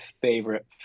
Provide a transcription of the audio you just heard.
favorite